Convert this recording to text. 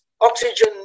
oxygen